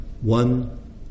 one